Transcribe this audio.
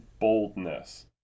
boldness